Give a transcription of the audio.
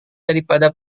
daripada